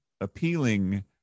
appealing